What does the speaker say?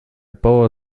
bauer